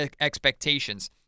expectations